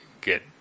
get